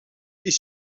est